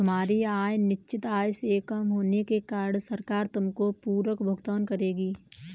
तुम्हारी आय निश्चित आय से कम होने के कारण सरकार तुमको पूरक भुगतान करेगी